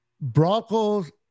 Broncos